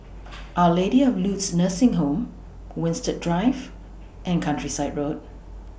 Our Lady of Lourdes Nursing Home Winstedt Drive and Countryside Road